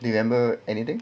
december anything